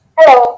Hello